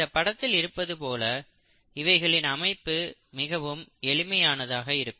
இந்த படத்தில் இருப்பது போல் இவைகளின் அமைப்பு மிகவும் எளிமையானதாக இருக்கும்